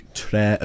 tre